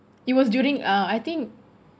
it was during uh I think